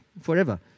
forever